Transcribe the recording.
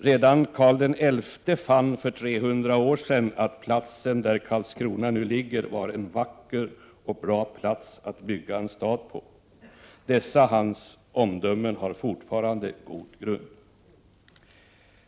Redan Karl XI fann för 300 år sedan att platsen där Karlskrona nu ligger var en bra och vacker plats att bygga en stad på. Detta hans omdöme har fortfarande god grund.